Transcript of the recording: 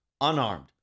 unarmed